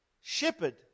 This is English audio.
shepherd